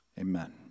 Amen